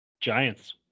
Giants